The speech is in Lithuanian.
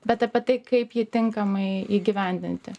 bet apie tai kaip jį tinkamai įgyvendinti